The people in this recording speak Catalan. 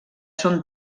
són